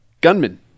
gunman